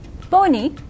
pony